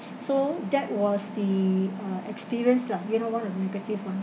so that was the uh experience lah you know one of the negative [one]